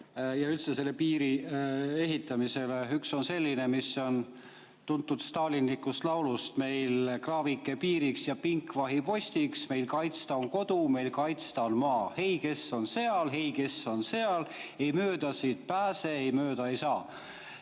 ja üldse selle piiri ehitamisele. Üks on selline, mis on tuntud stalinlikust laulust: "Meil kraavike piiriks ja pink vahipostiks. Meil kaitsta on kodu, meil kaitsta on maa. Hei, kes on seal? Hei, kes on seal? Ei mööda siit pääse, ei mööda siit saa!"